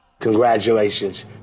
Congratulations